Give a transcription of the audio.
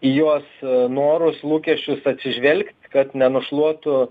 į juos norus lūkesčius atsižvelgt kad nenušluotų